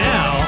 Now